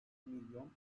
milyon